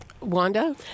Wanda